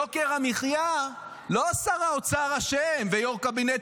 יוקר המחיה, לא שר האוצר אשם ויו"ר קבינט